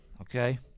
Okay